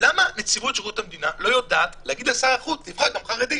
למה נציבות שירות המדינה לא יודעת להגיד לשר החוץ לבחור גם חרדי?